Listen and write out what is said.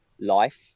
life